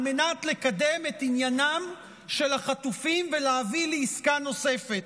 על מנת לקדם את עניינם של החטופים ולהביא לעסקה נוספת.